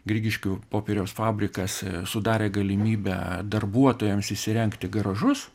grigiškių popieriaus fabrikas sudarė galimybę darbuotojams įsirengti garažus